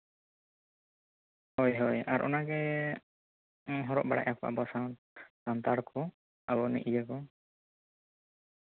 ᱦᱳᱭ ᱦᱳᱭ ᱚᱱᱟᱜᱮ ᱦᱚᱨᱚᱜ ᱵᱟᱲᱟᱭᱟᱠᱚ ᱥᱟᱱᱛᱟᱲ ᱠᱚ ᱟᱵᱚᱨᱮᱱ ᱤᱭᱟᱹ ᱠᱚ